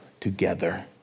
together